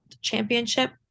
championship